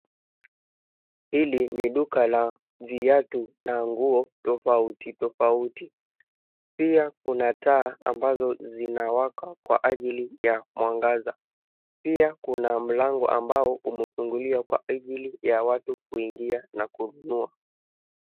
Hili ni duka la viatu na nguo tofauti tofauti. Pia kuna taa ambazo zinawaka kwa ajili ya mwangaza. Pia kuna mlango ambao umefunguliwa kwa ajili ya watu kuingia na kununua.